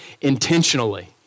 intentionally